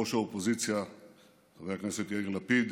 יושב-ראש האופוזיציה חבר הכנסת יאיר לפיד,